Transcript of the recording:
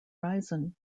horizon